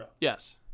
Yes